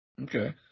Okay